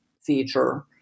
feature